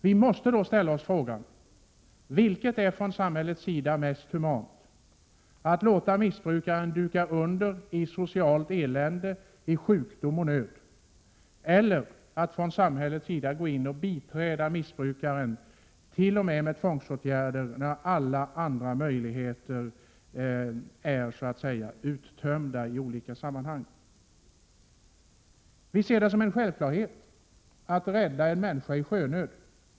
Vi måste då ställa oss frågan: Vilket är från samhällets sida mest humant, att låta missbrukaren duka under i socialt elände, i sjukdom och nöd eller att gå in och biträda missbrukaren t.o.m. med tvångsåtgärder när alla andra möjligheter är uttömda? Vi ser det som en självklarhet att rädda en människa i sjönöd.